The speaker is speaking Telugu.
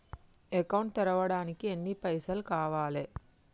అకౌంట్ తెరవడానికి ఎన్ని పైసల్ కావాలే?